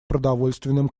продовольственным